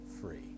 free